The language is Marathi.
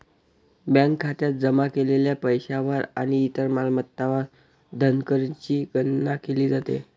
बँक खात्यात जमा केलेल्या पैशावर आणि इतर मालमत्तांवर धनकरची गणना केली जाते